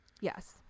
Yes